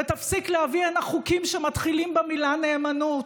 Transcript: ותפסיק להביא הנה חוקים שמתחילים במילה "נאמנות",